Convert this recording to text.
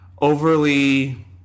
overly